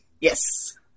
Yes